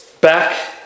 back